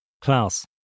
Klaus